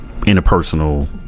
interpersonal